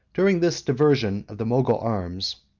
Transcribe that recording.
during this diversion of the mogul arms,